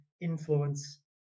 influence